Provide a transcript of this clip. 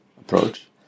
approach